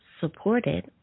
supported